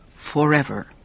Forever